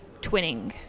Twinning